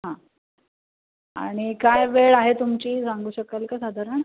हां आणि काय वेळ आहे तुमची सांगू शकाल का साधारण